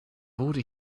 already